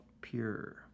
pure